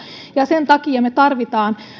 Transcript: ja sen takia tarvitaan kaikille nuorille